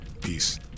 peace